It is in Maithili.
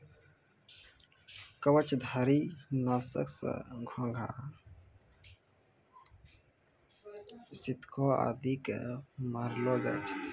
कवचधारी? नासक सँ घोघा, सितको आदि जीव क मारलो जाय छै